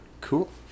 Cool